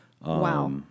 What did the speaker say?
Wow